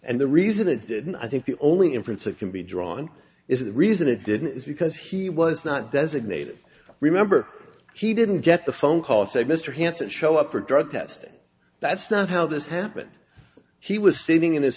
and the reason it didn't i think the only inference that can be drawn is the reason it didn't is because he was not designated remember he didn't get the phone call said mr hanson show up for drug testing that's not how this happened he was sitting in his